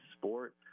sport